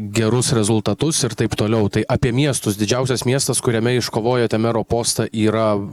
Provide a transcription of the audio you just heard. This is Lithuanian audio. gerus rezultatus ir taip toliau tai apie miestus didžiausias miestas kuriame iškovojote mero postą yra